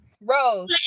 Rose